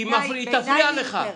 היא תפריע לך.